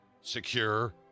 secure